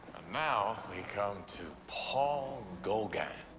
now we come to paul gauguin,